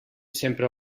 sempre